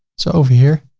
so over here,